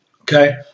Okay